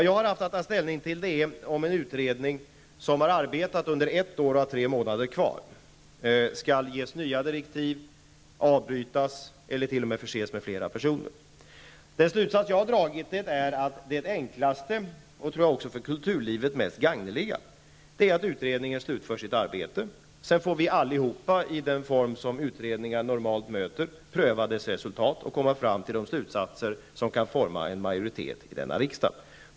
Jag har haft att ta ställning till om en utredningen som har arbetat under ett år och har tre månader kvar, skall ges nya direktiv, avbrytas eller t.o.m. förses med flera personer. Jag har dragit slutsatsen att det enklaste och för kulturlivet mest gangliga är att utredningen slutför sitt arbete. Sedan får vi alla i den form som utredningar normalt möter pröva dess resultat och komma fram till de slutsatser som kan forma en majoritet i denna riksdag.